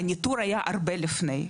הניטור היה הרבה לפני.